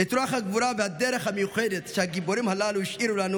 את רוח הגבורה והדרך המיוחדת שהגיבורים הללו השאירו לנו.